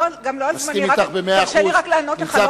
גם לא על זמני, תרשה לי רק לענות לך.